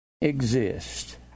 exist